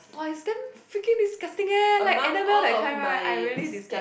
!wah! it's damn freaking disgusting eh like Anabelle that kind right I really dislike